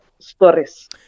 stories